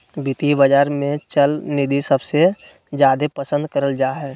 वित्तीय बाजार मे चल निधि सबसे जादे पसन्द करल जा हय